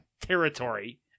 territory